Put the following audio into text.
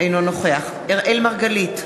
אינו נוכח אראל מרגלית,